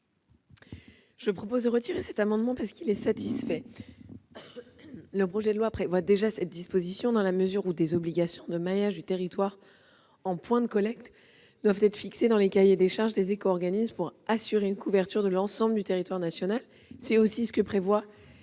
Je demande le retrait de cet amendement, parce qu'il est satisfait. Le projet de loi prévoit déjà une disposition similaire, dans la mesure où des obligations de maillage du territoire en points de collecte doivent être fixées dans les cahiers des charges des éco-organismes pour assurer une couverture de l'ensemble du territoire national. C'est aussi ce que prévoit